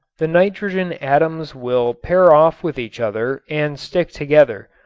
the nitrogen atoms will pair off with each other and stick together,